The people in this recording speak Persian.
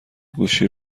گوشی